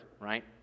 right